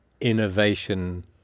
innovation